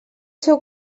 seu